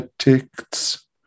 ethics